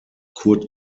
curt